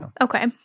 Okay